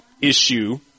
issue